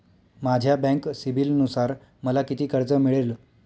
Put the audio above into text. माझ्या बँक सिबिलनुसार मला किती कर्ज मिळेल?